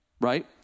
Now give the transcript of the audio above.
right